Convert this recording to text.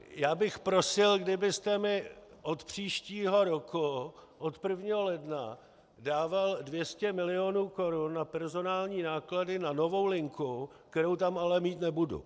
Já bych prosil, kdybyste mi od příštího roku od 1. ledna dával 200 milionů korun na personální náklady na novou linku, kterou tam ale mít nebudu.